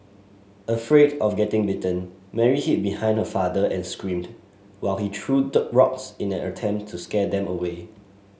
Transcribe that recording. afraid of getting bitten Mary hid behind her father and screamed while he threw the rocks in an attempt to scare them away